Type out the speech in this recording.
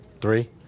three